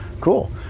Cool